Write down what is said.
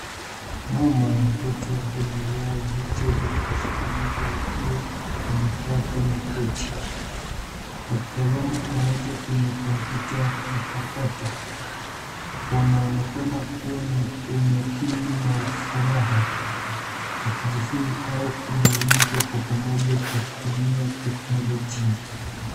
Mama na mtoto wakiwa wamevaa vichwa vya kuskiliza wakiwa wamekaa kwenye kochi wakitazama pamoja kwenye kompyuta mpakato. Wanaonekana kuwa na unywakini na furaha wakijifunza au kuburudika kwa moja kwa kutumia teknolojia.